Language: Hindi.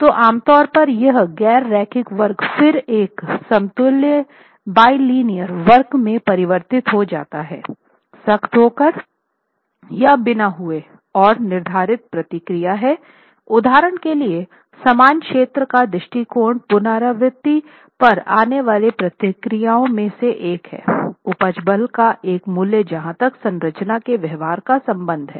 तो आमतौर पर यह गैर रैखिक वक्र फिर एक समतुल्य बिलिनियर वक्र में परिवर्तित हो जाता है सख्त होकर या बिना हुए और निर्धारित प्रक्रियाएं हैं उदाहरण के लिए समान क्षेत्र का दृष्टिकोण पुनरावृत्ति पर आने वाली प्रक्रियाओं में से एक है उपज बल का एक मूल्य जहां तक संरचना के व्यवहार का संबंध है